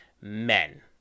men